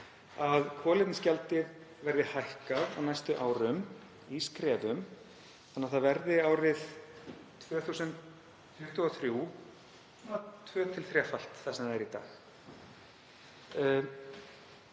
að kolefnisgjaldið verði hækkað á næstu árum í skrefum þannig að það verði árið 2023 tvöfalt til þrefalt það sem það er í dag.